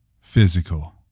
physical